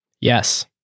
Yes